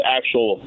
actual